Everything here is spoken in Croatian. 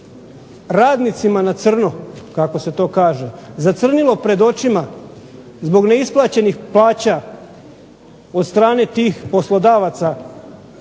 radnicima na crno, kako se to kaže, zacrnilo pred očima zbog neisplaćenih plaća od strane tih poslodavaca,